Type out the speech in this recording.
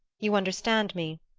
you understand me.